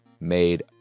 made